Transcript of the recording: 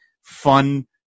fun